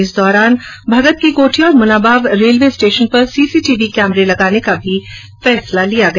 इस दौरान भगत की कोठी और मुनाबाव रेलवे स्टेशन पर सीसीटीवी कैमरे लगाने का भी फैसला लिया गया